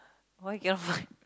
why you cannot